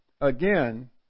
again